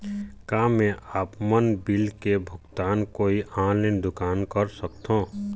का मैं आपमन बिल के भुगतान कोई ऑनलाइन दुकान कर सकथों?